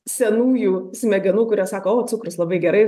senųjų smegenų kurios sako o cukrus labai gerai